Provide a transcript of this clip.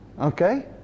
okay